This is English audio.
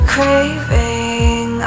Craving